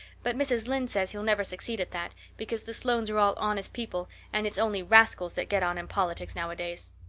but mrs. lynde says he'll never succeed at that, because the sloanes are all honest people, and it's only rascals that get on in politics nowadays.